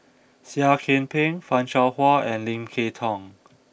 Seah Kian Peng Fan Shao Hua and Lim Kay Tong